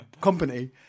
company